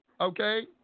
Okay